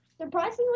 Surprisingly